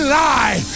lie